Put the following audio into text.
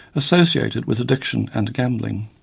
associated with addiction and gambling.